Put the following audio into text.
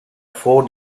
four